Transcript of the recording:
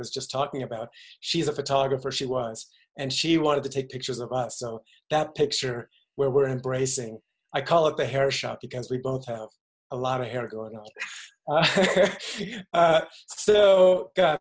was just talking about she's a photographer she wants and she wanted to take pictures of us so that picture where we're embracing i call it the hair shot because we both have a lot of hair going on